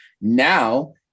Now